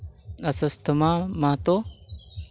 ᱥᱩᱥᱚᱢᱟ ᱢᱟᱦᱟᱛᱚ